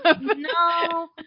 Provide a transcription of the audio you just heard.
No